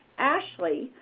ashley,